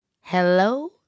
Hello